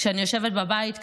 כשאני יושבת בבית ככה,